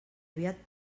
aviat